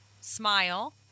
Smile